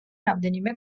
რამდენიმე